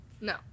No